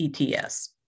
ETS